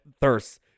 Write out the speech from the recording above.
thirst